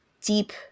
deep